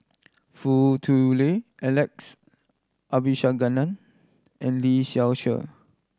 Foo Tui Liew Alex Abisheganaden and Lee Seow Ser